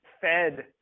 fed